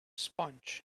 sponge